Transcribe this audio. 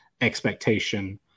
expectation